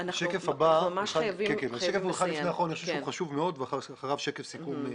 שקף חשוב מאוד ואחריו שקף סיכום.